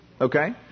Okay